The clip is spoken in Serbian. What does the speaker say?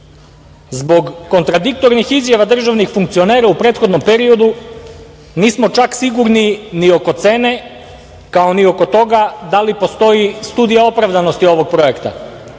Zbog kontradiktornih izjava državnih funkcionera u prethodnom periodu nismo čak sigurni oko cene, kao ni oko toga da li postoji studija opravdanosti ovog projekta.